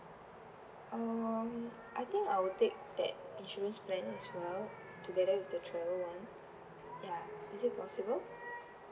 um I think I will take that insurance plan as well together with the travel one yeah is it possible